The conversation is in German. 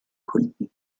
kunden